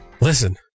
Listen